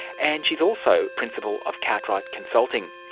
and she is also principal of cartwright consulting.